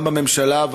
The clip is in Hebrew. גם בממשלה,